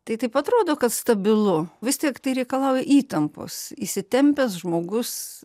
tai taip atrodo kad stabilu vis tiek tai reikalauja įtampos įsitempęs žmogus